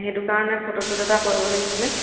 সেইটো কাৰণে ফটোশ্বুট এটা কৰিব লাগিছিলে